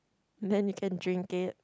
then we can drink it